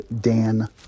Dan